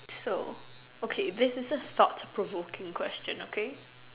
so okay this is a thought provoking question okay